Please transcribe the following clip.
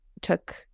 took